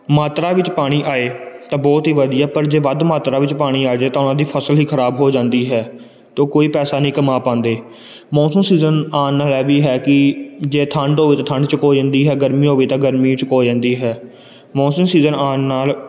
ਮਾਤਰਾ ਵਿੱਚ ਪਾਣੀ ਆਏ ਤਾਂ ਬਹੁਤ ਹੀ ਵਧੀਆ ਪਰ ਜੇ ਵੱਧ ਮਾਤਰਾ ਵਿੱਚ ਪਾਣੀ ਆ ਜੇ ਤਾਂ ਉਹਨਾਂ ਦੀ ਫਸਲ ਹੀ ਖਰਾਬ ਹੋ ਜਾਂਦੀ ਹੈ ਅਤੇ ਕੋਈ ਪੈਸਾ ਨਹੀਂ ਕਮਾ ਪਾਉਂਦੇ ਮੌਨਸੂਨ ਸੀਜ਼ਨ ਆਉਣ ਨਾਲ ਇਹ ਵੀ ਹੈ ਕਿ ਜੇ ਠੰਡ ਹੋਵੇ ਠੰਡ ਚੁੱਕ ਹੋ ਜਾਂਦੀ ਹੈ ਗਰਮੀ ਹੋਵੇ ਤਾਂ ਗਰਮੀ ਚੁੱਕ ਹੋ ਜਾਂਦੀ ਹੈ ਮੌਨਸੂਨ ਸੀਜ਼ਨ ਆਉਣ ਨਾਲ